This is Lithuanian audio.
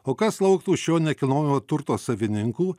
o kas lauktų šio nekilnojamojo turto savininkų